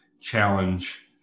challenge